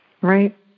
right